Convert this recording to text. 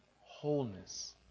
wholeness